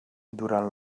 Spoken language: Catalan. durant